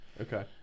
Okay